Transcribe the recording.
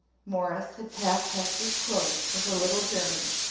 morris had packed hester's clothes for her little journey,